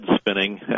spinning